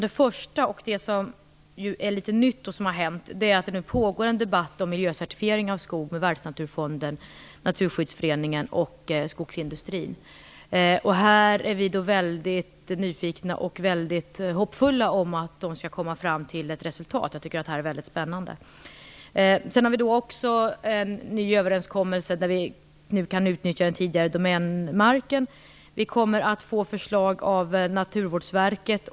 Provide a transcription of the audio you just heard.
Det nya som har hänt är att det nu pågår en debatt om miljöcertifiering av skog inom Världsnaturfonden, Naturskyddsföreningen och skogsindustrin. Vi är väldigt nyfikna på denna och väldigt hoppfulla om att de skall komma fram till ett resultat. Jag tycker att det här är väldigt spännande. Det finns också en ny överenskommelse som gör att den tidigare domänverksmarken kan utnyttjas.